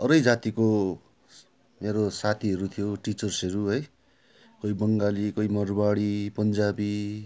अरू जातिको मेरो साथीहरू थियो टिचर्सहरू है कोही बङ्गाली कोही मरवाडी पन्जाबी